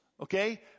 Okay